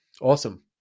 Awesome